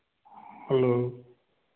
hello